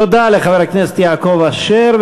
תודה לחבר הכנסת יעקב אשר.